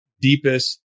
deepest